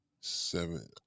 Seven